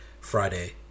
Friday